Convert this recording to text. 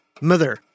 Mother